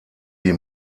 die